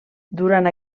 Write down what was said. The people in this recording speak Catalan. durant